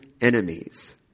enemies